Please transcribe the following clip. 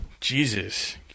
Jesus